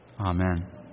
Amen